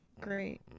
great